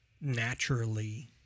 naturally